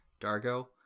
Dargo